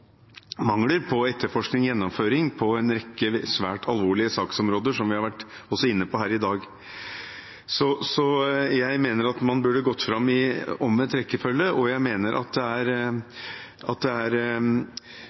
etterforskning og gjennomføring av en rekke svært alvorlige saker, noe vi også har vært inne på her i dag. Så jeg mener at man burde gått fram i omvendt rekkefølge. Når det gjelder det representanten Eide viste til om statistikk: Jeg